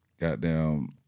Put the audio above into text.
Goddamn